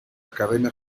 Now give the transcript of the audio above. academia